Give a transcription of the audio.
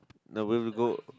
no we have to go